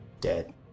Dead